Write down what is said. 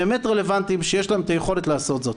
שהם באמת רלוונטיים ושיש להם את היכולת לעשות זאת.